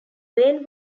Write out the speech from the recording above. vane